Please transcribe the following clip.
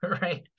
right